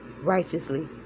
righteously